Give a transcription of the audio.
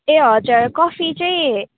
ए हजुर कफी चाहिँ